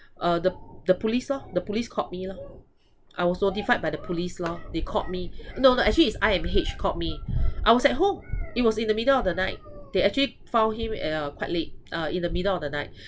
uh the the police lor the police called me lor I was notified by the police lor they called me no no actually is I_M_H called me I was at home it was in the middle of the night they actually found him uh quite late uh in the middle of the night